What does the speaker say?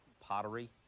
pottery